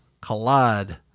collide